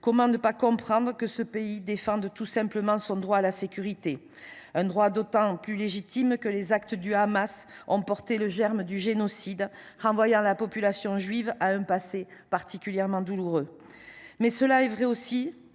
Comment ne pas comprendre que ce pays défende, tout simplement, son droit à la sécurité ? Un droit d’autant plus légitime que les actes du Hamas portaient en eux le germe du génocide, renvoyant la population juive à un passé particulièrement douloureux. Pour autant, il est vrai que